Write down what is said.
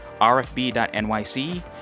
RFB.NYC